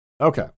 okay